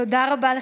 תודה רבה לך,